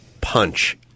punch